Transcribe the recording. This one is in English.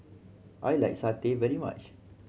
I like satay very much